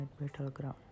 Battleground